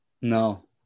No